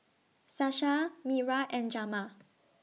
Sasha Myra and Jamar